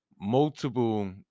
multiple